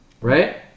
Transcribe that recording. Right